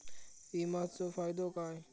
विमाचो फायदो काय?